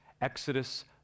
Exodus